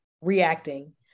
reacting